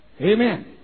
Amen